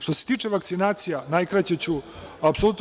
Što se tiče vakcinacija, najkraće ću.